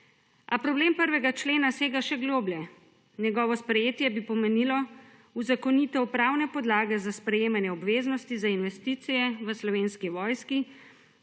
A problem 1. člena sega še globlje. Njegovo sprejetje bi pomenilo uzakonitev pravne podlage za sprejemanje obveznosti za investicije v Slovenski vojski